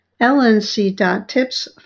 lnc.tips